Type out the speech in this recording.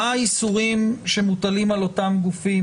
מה האיסורים שמוטלים על אותם גופים